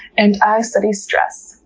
and i study stress.